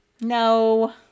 No